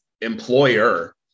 employer